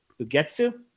Ugetsu